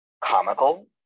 comical